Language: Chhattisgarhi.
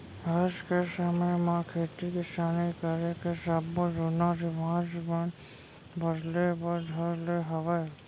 आज के समे म खेती किसानी करे के सब्बो जुन्ना रिवाज मन बदले बर धर ले हवय